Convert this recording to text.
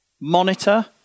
Monitor